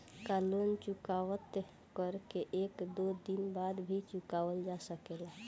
का लोन चुकता कर के एक दो दिन बाद भी चुकावल जा सकेला?